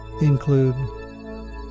include